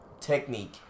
technique